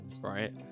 right